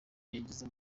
yagize